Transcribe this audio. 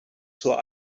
zur